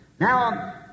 now